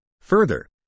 Further